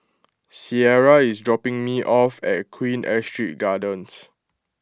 Ciera is dropping me off at Queen Astrid Gardens